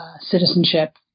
citizenship